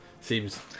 Seems